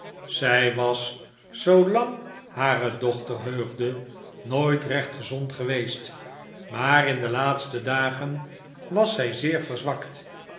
zij was zoolang hare dochter heugde nooit recht gezond geweest maar in de laatste dagen was zij zeer verzwakt